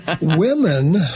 Women